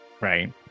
right